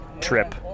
trip